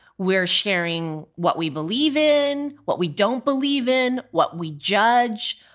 we're sharing what we believe in, what we don't believe in, what we judge.